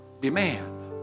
demand